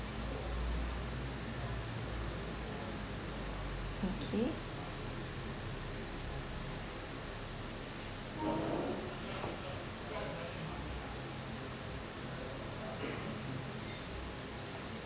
okay